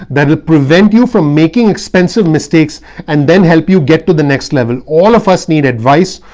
that will prevent you from making expensive mistakes and then help you get to the next level. all of us need advice.